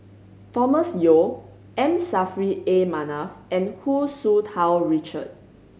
Thomas Yeo M Saffri A Manaf and Hu Tsu Tau Richard